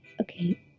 okay